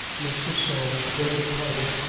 mr. saul then departed,